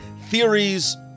theories